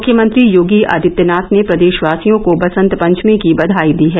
मुख्यमंत्री योगी आदित्यनाथ ने प्रदेशवासियों को बसंत पंचमी की बघाई दी है